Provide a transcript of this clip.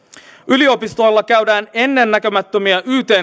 yliopistoilla käydään ennennäkemättömiä yt